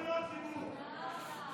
עוד שליח ציבור בלי ציבור.